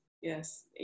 Yes